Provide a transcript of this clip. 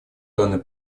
данный